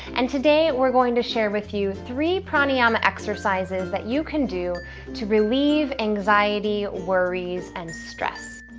and today we're going to share with you three pranayama exercises that you can do to relieve anxiety, worries and stress.